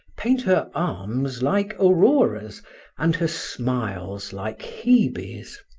paint her arms like aurora's and her smiles like hebe's.